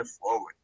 forward